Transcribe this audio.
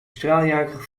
straaljager